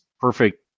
perfect